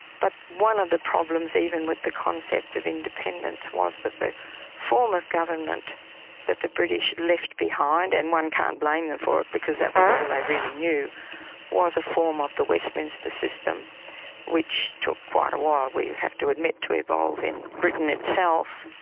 but one of the problems even with the concept of independence was that the form of government that the british left behind and one can't blame and for it because that was all they really knew was a form of the westminster system which took quite a while, we have to admit to evolve in britain itself,